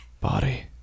body